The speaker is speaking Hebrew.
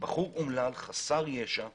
בחור אומלל, חסר ישע,